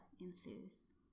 ensues